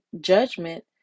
judgment